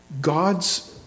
God's